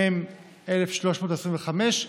מ/1325,